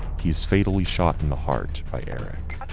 he's fatally shot in the heart by eric.